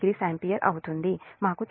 5o ampere అవుతుందని మాకు తెలుసు